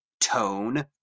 tone